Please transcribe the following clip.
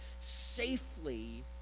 safely